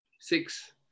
six